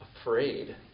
afraid